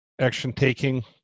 action-taking